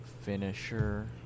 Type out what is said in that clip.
finisher